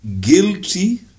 guilty